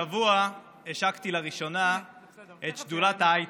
השבוע השקתי לראשונה את שדולת ההייטק,